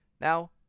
Now